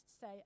say